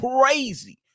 Crazy